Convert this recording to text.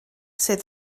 sydd